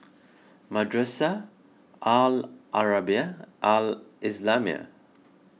Madrasah Al Arabiah Al Islamiah